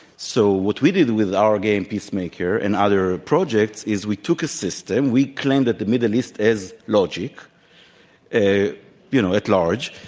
so, what we did with our game peacemaker and other projects is we took a system. we claimed that the middle east as logic you know, at large,